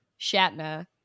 Shatner